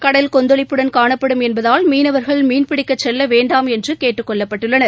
கடல் கொந்தளிப்புடன் காணப்படும் என்பதால் மீனவர்கள் மீன் பிடிக்க செல்ல வேண்டாம் என்று கேட்டுக் கொள்ளப்பட்டுள்ளனர்